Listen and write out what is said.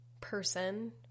person